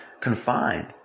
Confined